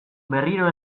berriro